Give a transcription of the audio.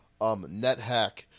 NetHack